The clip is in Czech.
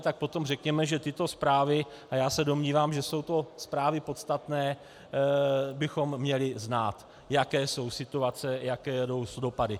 Tak potom řekněme, že tyto zprávy, a já se domnívám, že jsou to zprávy podstatné, bychom měli znát, jaké jsou situace, jaké jsou dopady.